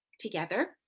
together